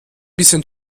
bisschen